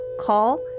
call